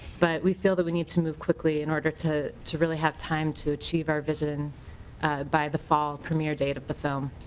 but we feel we need to move quickly in order to to really have time to achieve our vision by the fall premiere date of the film.